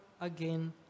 again